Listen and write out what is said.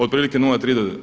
Otprilike 0,3 do.